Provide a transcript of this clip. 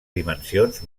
dimensions